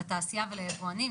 לתעשייה וליבואנים.